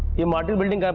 yeah martin building.